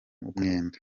mwenda